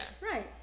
right